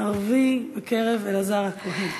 ערבי בקבר אלעזר הכהן.